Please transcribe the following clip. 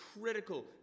critical